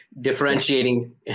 Differentiating